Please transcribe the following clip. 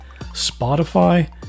Spotify